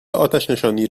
آتشنشانی